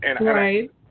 Right